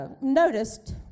noticed